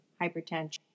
hypertension